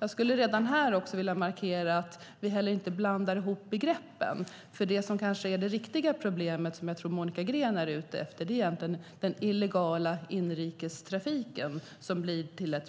Jag skulle redan här vilja markera att vi inte ska blanda ihop begreppen. Det som kanske är det riktiga problemet, och som jag tror att Monica Green är ute efter, är den illegala inrikestrafiken. När det gäller